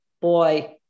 boy